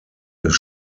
des